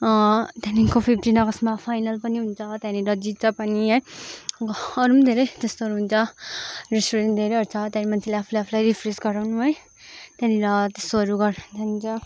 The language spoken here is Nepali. त्यहाँदेखिको फिफ्टिन अगस्तमा फाइनल पनि हुन्छ त्यहाँनिर जित्छ पनि है अरू पनि धेरै त्यस्तोहरू हुन्छ रेसटुरेन्ट धेरैहरू छ त्यहाँदेखि मान्छेले आफुले आफुलाई रिफ्रेस गराउनु है त्यहाँनिर त्यस्तोहरू गर्दै जान्छ